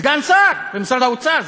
סגן שר במשרד האוצר,